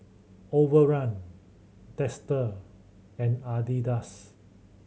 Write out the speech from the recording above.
Overrun Dester and Adidas